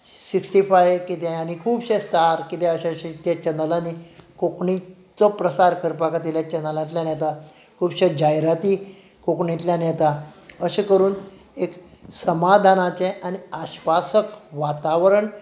sixty five कितें आनी खूबशे स्टार कितें अशे ते चॅनलांनी कोंकणीचो प्रसार करपा खातीर ह्या चॅनलांतल्यान येता खुबशे जायराती कोंकणींतल्यान येता अशें करून एक समादानाचें आनी आश्वासक वातावरण